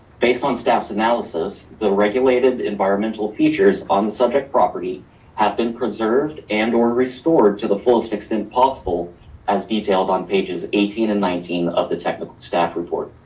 based on staff's analysis, the regulated environmental features on the subject property have been preserved and or restored to the fullest extent possible as detailed on pages eighteen and nineteen of the technical staff report.